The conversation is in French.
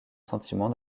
sentiment